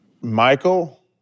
Michael